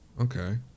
Okay